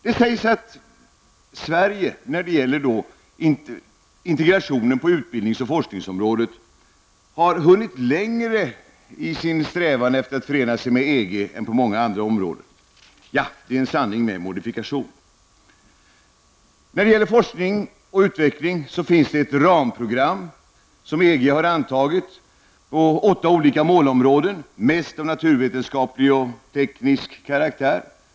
Beträffande integrationen på utbildnings och forskningsområdet sägs det att Sverige i det avseendet har hunnit längre i sin strävan att förena sig med EG än som är fallet på många andra områden. Men det är sanning med modifikation. När det gäller forskning och utveckling finns det ett ramprogram som EG har antagit på åtta olika målområden och som huvudsakligen är av naturvetenskaplig och teknisk karaktär.